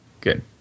Good